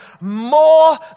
more